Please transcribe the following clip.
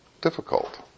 difficult